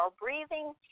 breathing